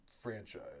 Franchise